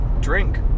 drink